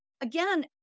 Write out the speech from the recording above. again